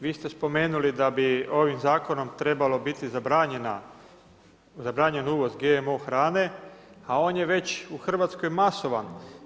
Vi ste spomenuli, da bi ovim zakonom trebalo biti zabranjen uvoz GMO hrane, a on je već u Hrvatskoj masovan.